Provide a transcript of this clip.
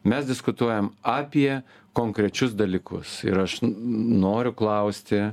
mes diskutuojam apie konkrečius dalykus ir aš noriu klausti